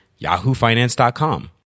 yahoofinance.com